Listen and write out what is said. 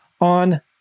on